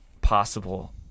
possible